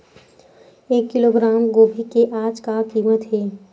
एक किलोग्राम गोभी के आज का कीमत हे?